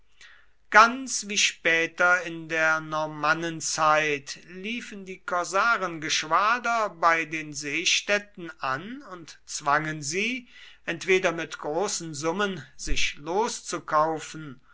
ganz wie später in der normannenzeit liefen die korsarengeschwader bei den seestädten an und zwangen sie entweder mit großen summen sich loszukaufen